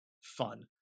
fun